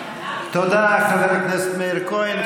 תודה, חבר הכנסת מאיר כהן.